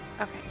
Okay